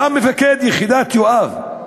וגם מפקד יחידת יואב.